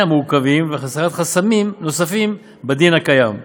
מורכבים והסרת חסמים נוספים בדין הקיים,